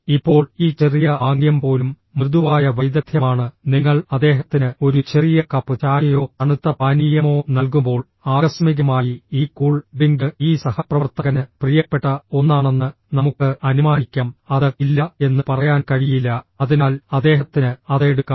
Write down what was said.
ഇപ്പോൾ ഈ ചെറിയ ആംഗ്യം പോലും മൃദുവായ വൈദഗ്ധ്യമാണ് നിങ്ങൾ അദ്ദേഹത്തിന് ഒരു ചെറിയ കപ്പ് ചായയോ തണുത്ത പാനീയമോ നൽകുമ്പോൾ ആകസ്മികമായി ഈ കൂൾ ഡ്രിങ്ക് ഈ സഹപ്രവർത്തകന് പ്രിയപ്പെട്ട ഒന്നാണെന്ന് നമുക്ക് അനുമാനിക്കാം അത് ഇല്ല എന്ന് പറയാൻ കഴിയില്ല അതിനാൽ അദ്ദേഹത്തിന് അത് എടുക്കാം